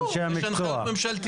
ברור, יש גם עמדות ממשלתיות.